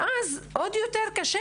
ואז זה עוד יותר קשה,